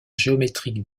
géométriques